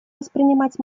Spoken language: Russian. воспринимать